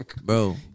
Bro